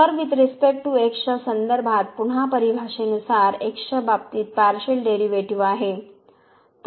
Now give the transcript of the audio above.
तरवुईथ respect to x च्या संदर्भात पुन्हा परिभाषा नुसार x च्या बाबतीत पार्शिअल डेरीवेटीव आहे